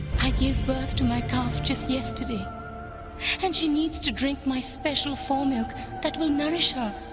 i gave birth to my calf just yesterday and she needs to drink my special foremilk that will nourish her.